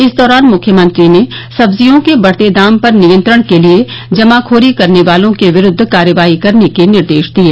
इस दौरान मुख्यमंत्री ने सब्जियों के बढ़ते दाम पर नियंत्रण के लिये जमाखोरी करने वालों के विरूद्व कार्यवाही करने के निर्देश दिये